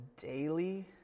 daily